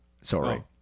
Sorry